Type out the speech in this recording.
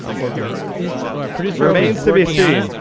i'm working on he's our producer main series yeah.